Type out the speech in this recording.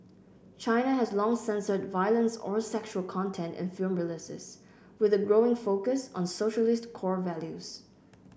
China has long censored violence or sexual content in film releases with a growing focus on socialist core values